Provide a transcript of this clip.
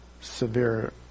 severe